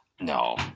No